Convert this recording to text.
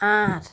আঠ